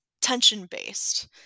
tension-based